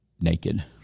naked